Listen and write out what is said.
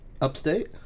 Upstate